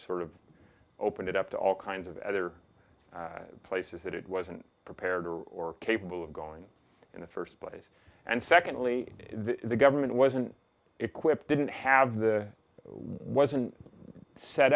sort of opened it up to all kinds of editor places that it wasn't prepared or capable of going in the first place and secondly that the government wasn't equipped didn't have the wasn't set